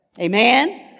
Amen